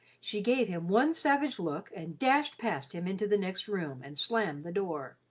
she gave him one savage look and dashed past him into the next room and slammed the door.